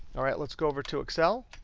all right, let's go over to excel.